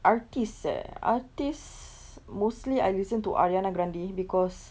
artist eh artist mostly I listen to ariana grande because